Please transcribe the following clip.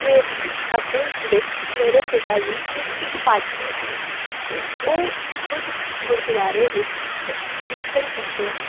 ਮੈਂ ਅਸਲ ਵਿੱਚ ਮੇਰੇ ਪਿਤਾ ਜੀ ਖੁਦ ਇੱਕ ਪਾਠੀ ਹਨ ਅਤੇ ਉਹ ਖੁਦ ਗੁਰਦੁਆਰੇ ਵਿੱਚ ਪ ਕੀਰਤਨ ਕਰਦੇ ਹਨ